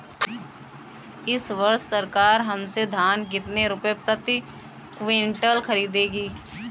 इस वर्ष सरकार हमसे धान कितने रुपए प्रति क्विंटल खरीदेगी?